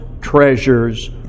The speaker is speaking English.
treasures